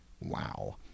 Wow